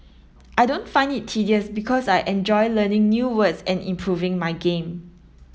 I don't find it tedious because I enjoy learning new words and improving my game